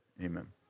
Amen